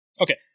Okay